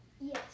Yes